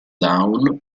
down